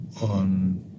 on